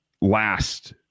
last